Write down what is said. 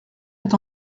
est